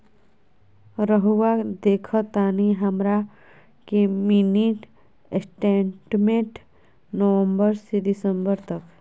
रहुआ देखतानी हमरा के मिनी स्टेटमेंट नवंबर से दिसंबर तक?